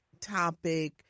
topic